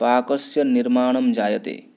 पाकस्य निर्माणं जायते